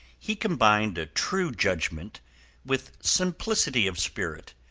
he combined a true judgment with simplicity of spirit,